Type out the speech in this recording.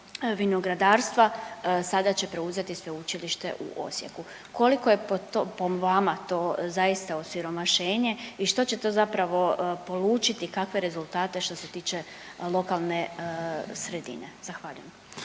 sada će preuzeti Sveučilište u Osijeku. Koliko je po to, po vama to zaista osiromašenje i što će to zapravo polučiti kakve rezultate što se tiče lokalne sredine? Zahvaljujem.